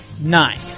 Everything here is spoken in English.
Nine